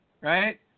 right